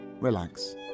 relax